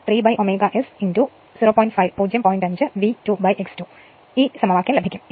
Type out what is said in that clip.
5 V 2x 2 എന്ന് ലഭിക്കും